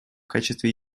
качестве